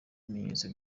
ibimenyetso